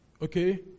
Okay